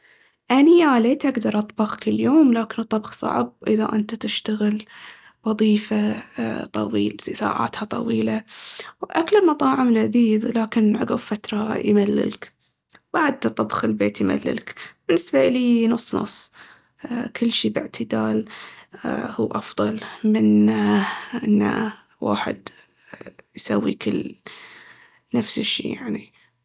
اني يا ليت أقدر اطبخ كل يوم لكن الطبخ صعب اذا انته تشتغل وظيفة طويلة- ساعاتها طويلة. أكل المطاعم لذيذ لكن عقب فترة يمللك وبعد حتى طبخ البيت يمللك. بالنسبة إليي نص نص. كل شي باعتدال أ- هو افضل من ان الواحد يسوي كل نفس الشي يعني.